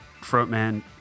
frontman